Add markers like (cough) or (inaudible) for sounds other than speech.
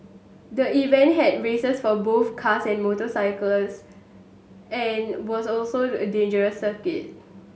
the event had races for both cars and motorcycles and was also (unintelligible) dangerous circuit